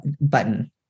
button